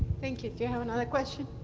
thank you. do you have another question?